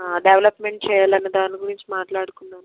development చెయ్యాలి అనే దాని గురించి మాట్లాడుకుందాము అన్నావు కదా